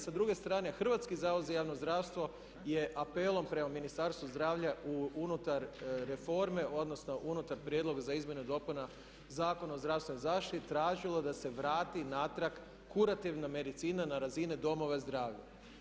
Sa druge strane Hrvatski zavod za javno zdravstvo je apelom prema Ministarstvu zdravlja unutar reforme, odnosno unutar prijedloga za izmjenu i dopunu Zakona o zdravstvenoj zaštiti tražilo da se vrati natrag kurativna medicina na razine domova zdravlja.